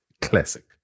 classic